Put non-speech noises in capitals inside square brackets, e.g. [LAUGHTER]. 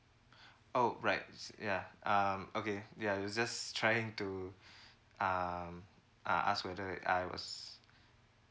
[BREATH] oh right s~ yeah um okay yeah I was just trying to [BREATH] um uh ask whether I was [BREATH]